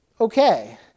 Okay